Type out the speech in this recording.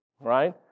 right